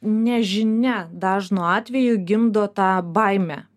nežinia dažnu atveju gimdo tą baimę